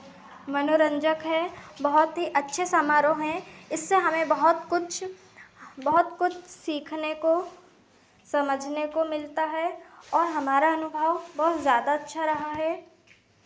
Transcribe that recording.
मनोरंजक है बहुत ही अच्छे समारोह हैं इससे हमें बहुत कुछ बहुत कुछ सीखने को समझने को मिलता है और हमारा अनुभव बहुत ज़्यादा अच्छा रहा है